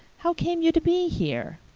how came you to be here?